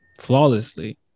flawlessly